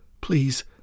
Please